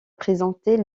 présenter